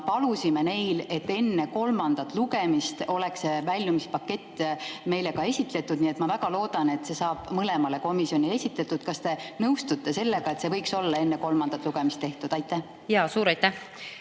palusime neilt, et enne kolmandat lugemist oleks see väljumispakett meile esitletud. Nii et ma väga loodan, et see saab mõlemale komisjonile esitatud. Kas te nõustute sellega, et see võiks olla enne kolmandat lugemist tehtud? Suur aitäh! Need